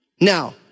Now